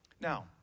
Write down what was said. Now